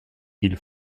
ils